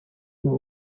bwo